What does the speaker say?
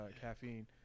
caffeine